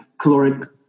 caloric